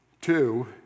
Two